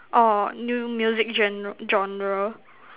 orh new music general genre